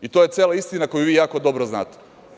I to je cela istina koju vi jako dobro znate.